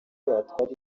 yatwara